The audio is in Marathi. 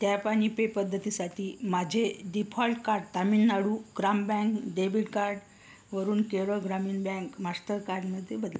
तॅप आणि पे पद्धतीसाठी माझे default card Tamil Nadu Grama bank debit कार्डवरून केरळ ग्रामीण बँक मास्टरकार्डमध्ये बदला